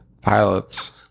pilot's